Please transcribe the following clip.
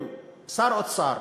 אם שר האוצר